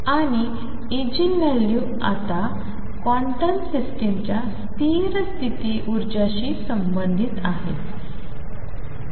आणि एगिनॅव्हल्यूज आता क्वांटम सिस्टमच्या स्थिर स्थिति ऊर्जाशी संबंधित आहेत